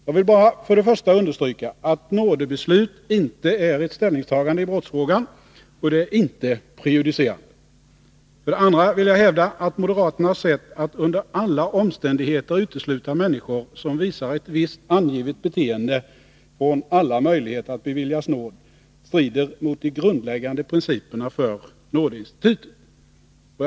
Jag vill bara för det första understryka att ett nådebeslut inte är ett ställningstagande i brottsfrågan och att det inte är prejudicerande. För det andra vill jag hävda att moderaternas sätt att under alla omständigheter utesluta människor som visar ett visst angivet beteende från alla möjligheter att beviljas nåd strider mot de grundläggande principerna för nådeinstitutet.